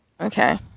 Okay